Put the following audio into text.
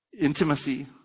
Intimacy